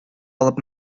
алып